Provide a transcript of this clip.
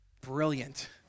Brilliant